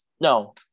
no